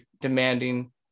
demanding